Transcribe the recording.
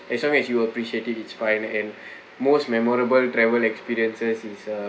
as long as you appreciated it's fine and most memorable travel experiences is a